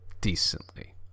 decently